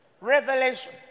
Revelation